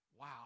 Wow